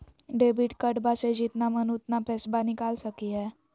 Debit कार्डबा से जितना मन उतना पेसबा निकाल सकी हय?